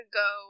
go